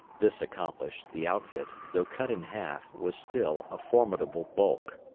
this accomplished, the outfit, though cut in half, was still a formidable bulk.